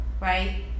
right